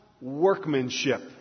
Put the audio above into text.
workmanship